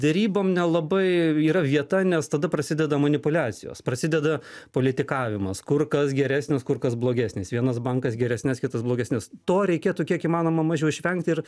derybom nelabai yra vieta nes tada prasideda manipuliacijos prasideda politikavimas kur kas geresnis kur kas blogesnis vienas bankas geresnes kitas blogesnes to reikėtų kiek įmanoma mažiau išvengti ir